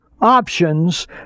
options